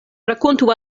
rakontu